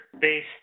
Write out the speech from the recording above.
base